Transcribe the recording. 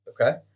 Okay